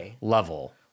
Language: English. level